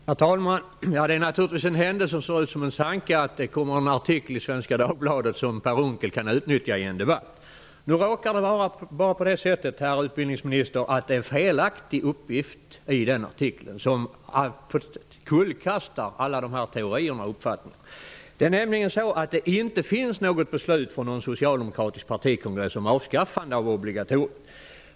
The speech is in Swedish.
Herr talman! Det är naturligtvis en händelse som ser ut som en tanke att det kommer en artikel i Svenska Dagbladet som Per Unckel kan utnyttja i en debatt. Men nu råkar det vara på det sättet, herr utbildningsminister, att det finns en felaktig uppgift i artikeln som kullkastar alla dessa teorier och uppfattningar. Det finns nämligen inte något beslut från någon socialdemokratisk partikongress om avskaffande av kårobligatoriet.